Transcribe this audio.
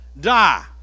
Die